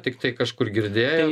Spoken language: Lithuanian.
tiktai kažkur girdėjom